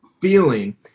feeling